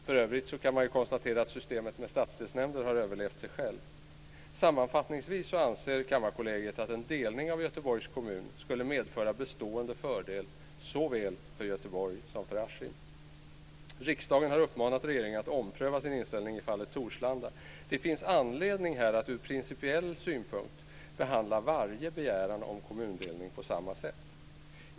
För övrigt kan man konstatera att systemet med stadsdelsnämnder överlevt sig självt. Sammanfattningsvis anser kollegiet att en delning av Göteborgs kommun skulle medföra bestående fördel såväl för Riksdagen har uppmanat regeringen att ompröva sin inställning i fallet Torslanda. Det finns anledning här att från principiell synpunkt behandla varje begäran om kommundelning på samma sätt.